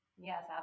Yes